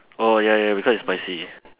oh ya ya because it's spicy